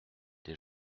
des